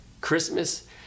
Christmas